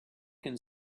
can